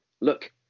Look